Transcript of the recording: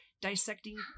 dissecting